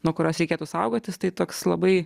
nuo kurios reikėtų saugotis tai toks labai